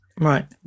right